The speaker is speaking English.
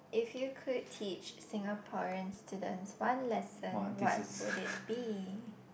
if you could teach Singaporean students one lesson what would it be